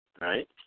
right